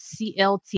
clt